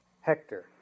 Hector